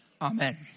Amen